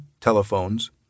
telephones